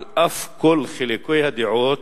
על אף כל חילוקי הדעות